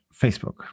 Facebook